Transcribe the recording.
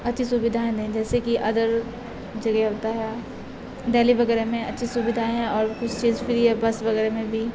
اچھی سویدھائیں دیں جیسے کہ ادر جگہ ہوتا ہے دہلی وغیرہ میں اچھی سویدھائیں ہیں اور کچھ چیز فری ہے بس وغیرہ میں بھی